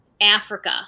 Africa